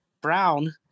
Brown